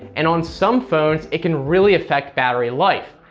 and on some phones it can really affect battery life.